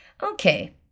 Okay